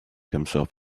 himself